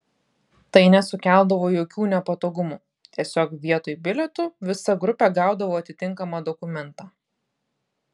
tai nesukeldavo jokių nepatogumų tiesiog vietoj bilietų visa grupė gaudavo atitinkamą dokumentą